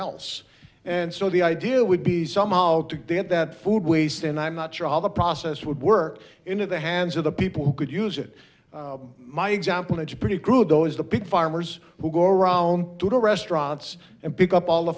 else and so the idea would be to get that food waste and i'm not sure how the process would work into the hands of the people who could use it my example edge pretty good though is the pig farmers who go around to the restaurants and pick up all the